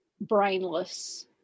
brainless